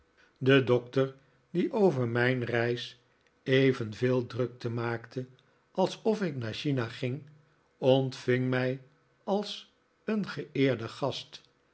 de doctor die over mijn reis evenveel drukte maakte alsof ik naar china ging ontving mij als een geeerden gast